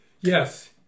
Yes